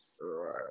Right